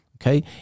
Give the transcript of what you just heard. okay